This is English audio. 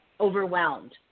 overwhelmed